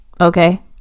Okay